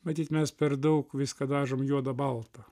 matyt mes per daug viską dažom juoda balta